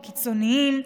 בקיצוניים,